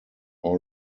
all